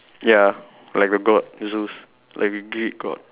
ya like a god Zeus like a Greek God